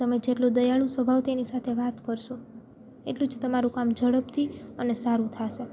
તમે જેટલું દયાળુ સ્વભાવથી એની સાથે વાત કરશો એટલું જ તમારું કામ ઝડપથી અને સારું થાશે